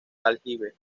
aljibe